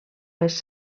les